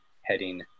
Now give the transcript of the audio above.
heading